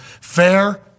fair